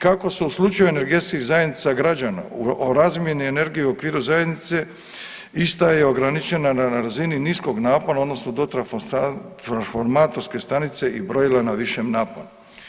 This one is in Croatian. Kako su u slučaju energetskih zajednica građana o razmjeni energije u okviru zajednice, ista je ograničena na razini niskog napona odnosno transformatorske stanica i brojila na višem naponu.